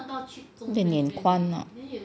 你的脸宽啊